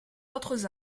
d’autres